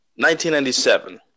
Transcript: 1997